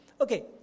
Okay